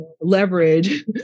leverage